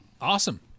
Awesome